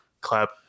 clap